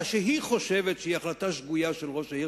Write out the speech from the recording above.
שהיא חושבת שהיא החלטה שגויה של ראש העיר,